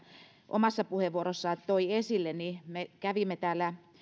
omassa puheenvuorossaan toi esille me kävimme täällä